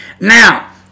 Now